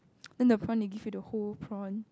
then the prawn they give you the whole prawn